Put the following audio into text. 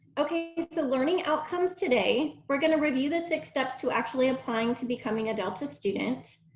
ok it's the learning outcomes today we're gonna review the six steps to actually applying to becoming a delta student.